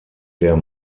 der